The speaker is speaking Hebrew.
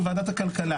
בוועדת הכלכלה.